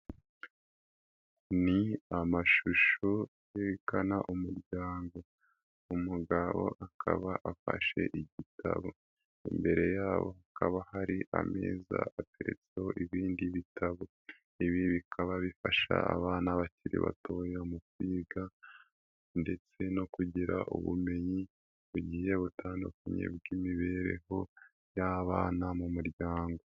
Ni amashusho yerekana umuryango, umugabo akaba afashe igitabo, imbere yabo hakaba hari ameza ateretseho ibindi bitabo, ibi bikaba bifasha abana bakiri batoya mu kwiga ndetse no kugira ubumenyi bugiye butandukanye bw'imibereho y'abana mu muryango.